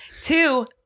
two